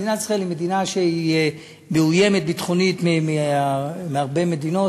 מדינת ישראל היא מדינה שהיא מאוימת ביטחונית מהרבה מדינות,